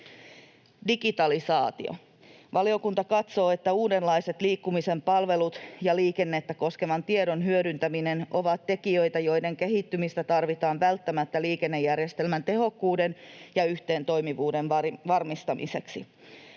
Digitalisaatio: Valiokunta katsoo, että uudenlaiset liikkumisen palvelut ja liikennettä koskevan tiedon hyödyntäminen ovat tekijöitä, joiden kehittymistä tarvitaan välttämättä liikennejärjestelmän tehokkuuden ja yhteen toimivuuden varmistamiseksi.